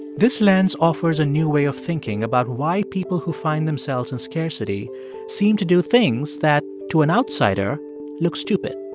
this lens offers a new way of thinking about why people who find themselves in scarcity seem to do things that to an outsider look stupid.